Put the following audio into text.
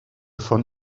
von